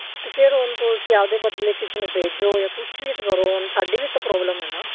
ਅਤੇ ਫਿਰ ਹੁਣ ਤੁਸੀਂ ਆਪਣੇ ਬਦਲੇ ਕਿਸੇ ਨੂੰ ਭੇਜੋ ਜਾਂ ਕੁਝ ਵੀ ਤਾਂ ਕਰੋ ਹੁਣ ਸਾਡੀ ਵੀ ਤਾਂ ਪ੍ਰੋਬਲਮ ਹੈ ਨਾ